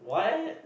what